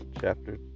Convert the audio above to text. chapter